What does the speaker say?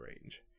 range